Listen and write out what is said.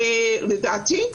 ולדעתי,